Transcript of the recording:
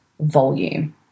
volume